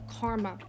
karma